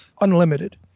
unlimited